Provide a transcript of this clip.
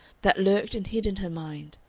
that lurked and hid in her mind,